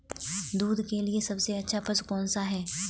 दूध के लिए सबसे अच्छा पशु कौनसा है?